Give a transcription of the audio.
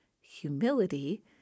humility